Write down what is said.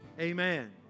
Amen